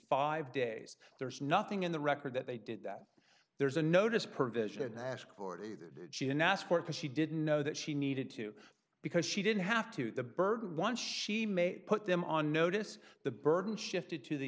five days there's nothing in the record that they did that there's a notice provision asked for it either she didn't ask for it but she didn't know that she needed to because she didn't have to the burden once she may put them on notice the burden shifted to the